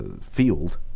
field